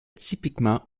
typiquement